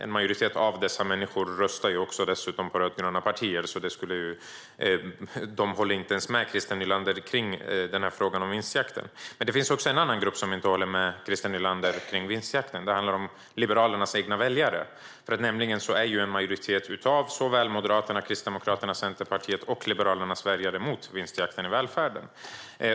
En majoritet av dessa människor röstar dessutom också på rödgröna partier. De håller inte ens med Christer Nylander i frågan om vinstjakten. Det finns också en annan grupp som inte håller med Christer Nylander om vinstjakten. Det handlar om Liberalernas egna väljare. En majoritet av såväl Moderaternas, Kristdemokraternas och Centerpartiets som Liberalernas väljare är emot vinstjakten i välfärden.